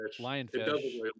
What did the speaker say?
Lionfish